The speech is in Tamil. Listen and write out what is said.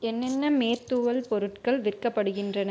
என்னென்ன மேற்தூவல் பொருட்கள் விற்கப்படுகின்றன